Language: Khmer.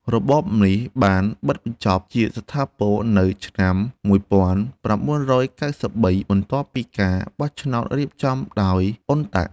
របបនេះបានបិទបញ្ចប់ជាស្ថាពរនៅឆ្នាំ ១៩៩៣ បន្ទាប់ពីការបោះឆ្នោតរៀបចំដោយ អ៊ុនតាក់ UNTAC។